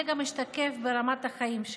וזה גם השתקף ברמת החיים שלו,